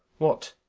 what,